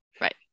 right